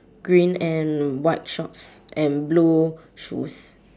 green and white shorts and blue shoes